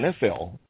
NFL